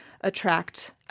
attract